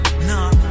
Nah